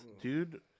dude